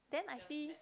then I see